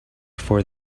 for